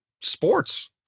sports